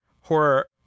horror